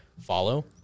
follow